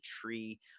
tree